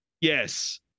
Yes